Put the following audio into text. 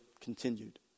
continued